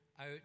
out